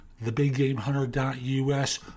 thebiggamehunter.us